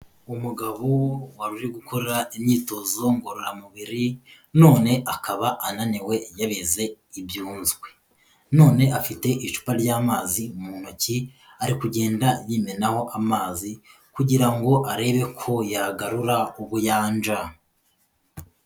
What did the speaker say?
Umugabo wari uri gukora imyitozo ngororamubiri none akaba ananiwe yabize ibyunzwe, none afite icupa ry'amazi mu ntoki ari kugenda yimenaho amazi kugira ngo arebe ko yagarura ubuyanja.